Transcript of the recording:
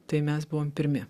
tai mes buvom pirmi